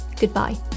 goodbye